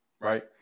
right